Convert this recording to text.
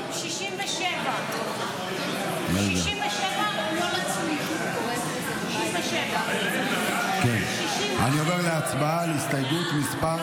67. אני עובר להצבעה על הסתייגות מס'